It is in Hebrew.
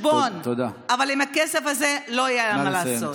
בחשבון, אבל עם הכסף הזה לא היה מה לעשות.